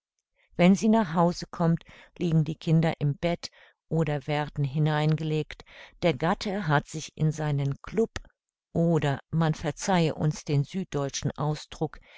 wenn sie nach hause kommt liegen die kinder im bett oder werden hinein gelegt der gatte hat sich in seinen klub oder man verzeihe uns den süddeutschen ausdruck